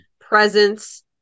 presence